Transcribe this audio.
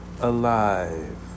alive